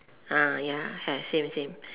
ah ya have same same